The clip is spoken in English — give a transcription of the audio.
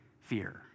fear